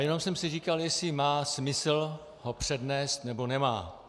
Jenom jsem si říkal, jestli má smysl ho přednést, nebo nemá.